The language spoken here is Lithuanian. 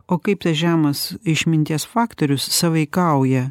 o kaip tas žemas išminties faktorius sąveikauja